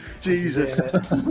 Jesus